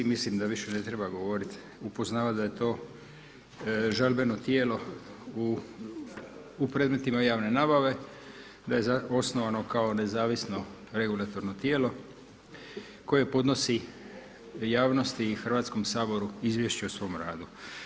Mislim da više ne treba govorit, upoznavat da je to žalbeno tijelo u predmetima javne nabave, da je osnovano kao nezavisno regulatorno tijelo koje podnosi javnosti i Hrvatskom saboru izvješće o svom radu.